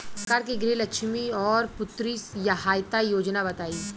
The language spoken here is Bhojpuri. सरकार के गृहलक्ष्मी और पुत्री यहायता योजना बताईं?